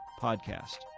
podcast